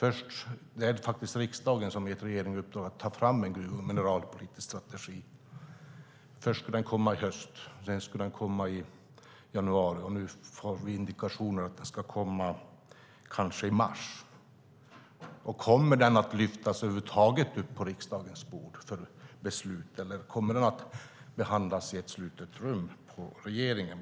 Det är faktiskt riksdagen som har gett regeringen i uppdrag att ta fram en gruv och mineralpolitisk strategi. Först skulle den komma under hösten, sedan skulle den komma i januari. Nu får vi indikationer om att den kanske ska komma i mars. Kommer den att över huvud taget lyftas upp på riksdagens bord för beslut eller kommer den att behandlas i ett slutet rum hos regeringen?